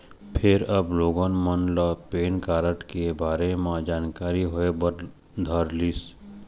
फेर अब लोगन मन ल पेन कारड के बारे म जानकारी होय बर धरलिस